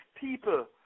people